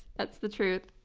that's the truth.